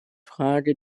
frage